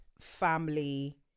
family